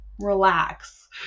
relax